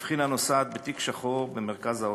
הבחינה נוסעת בתיק שחור במרכז האוטובוס.